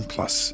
Plus